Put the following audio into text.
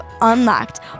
unlocked